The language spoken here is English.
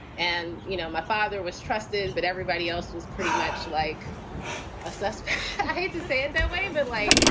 and, you know, my father was trusted, but everybody else was pretty much like a sister i hate to say it that way, but like,